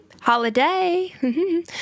holiday